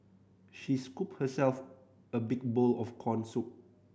she scooped herself a big bowl of corn soup